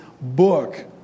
book